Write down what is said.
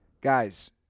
Guys